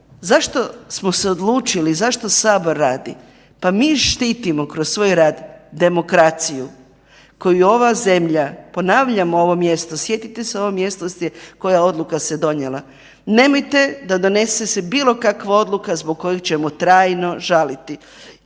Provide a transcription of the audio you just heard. zašto smo se odlučili, zašto sabor radi, pa mi štitimo kroz svoj rad demokraciju koju ova zemlja, ponavljam ovo mjesto, sjetite se ovo mjesto koja odluka se donijela, nemojte da donese se bilo kakva odluka zbog koje ćemo trajno žaliti.